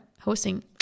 hosting